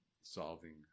solving